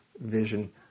vision